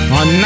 on